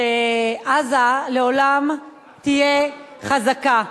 שעזה לעולם תהיה חזקה.